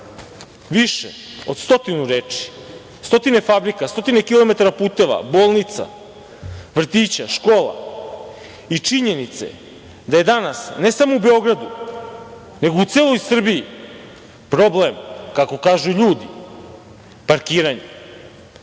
više od stotinu reči. Stotine fabrika, stotine kilometara puteva, bolnica, vrtića, škola i činjenica da je danas problem, ne samo u Beogradu, nego u celoj Srbiji, kako kažu ljudi, parkiranje,